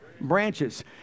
Branches